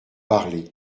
parlé